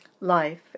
Life